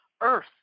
Earth